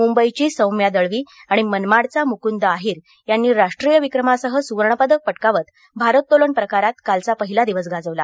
मुंबईची सौम्या दळवी आणि मनमाडचा मुकुंद आहीर यांनी राष्ट्रीय विक्रमासह सुवर्णपदक पटकावत भारत्तोलन प्रकारांत कालचा पहीला दिवस गाजवला